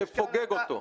תפוגג אותו.